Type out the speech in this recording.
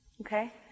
Okay